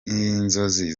inzozi